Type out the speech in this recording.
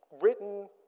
written